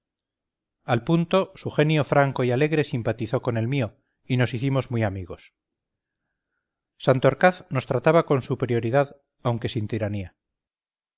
al punto su genio franco y alegre simpatizó con el mío y nos hicimos muy amigos santorcaz nos trataba con superioridad aunque sin tiranía